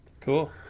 Cool